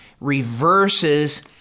reverses